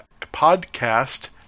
podcast